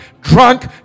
drunk